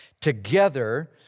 together